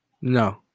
No